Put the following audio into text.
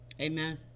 amen